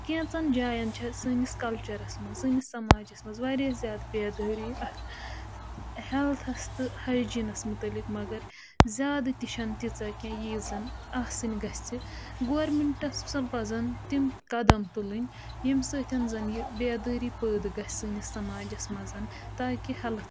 کینٛژَن جایَن چھےٚ سٲنِس کَلچَرَس منٛز سٲنِس سماجَس منٛز واریاہ زیادٕ بے دٲری اَتھ ہٮ۪لتھَس تہٕ ہایجیٖنَس متعلق مگر زیادٕ تہِ چھَنہٕ تیٖژاہ کینٛہہ ییٖژ زن آسٕنۍ گَژھِ گورمٮ۪نٛٹَس ہسا پَزَن تِم قدم تُلٕنۍ ییٚمہِ سۭتۍ زَن یہِ بے دٲری پٲدٕ گژھِ سٲنِس سماجَس منٛز تاکہِ ہٮ۪لٕتھ